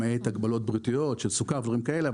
למעט הגבלות בריאות כמו סוכר ודברים כאלה.